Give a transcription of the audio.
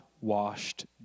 washed